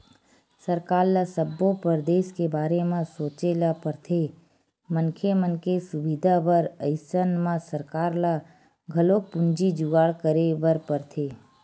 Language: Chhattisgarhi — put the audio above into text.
सरकार ल सब्बो परदेस के बारे म सोचे ल परथे मनखे मन के सुबिधा बर अइसन म सरकार ल घलोक पूंजी जुगाड़ करे बर परथे